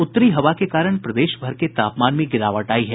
उत्तरी हवा के कारण प्रदेशभर के तापमान में गिरावट आई है